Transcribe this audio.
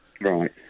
Right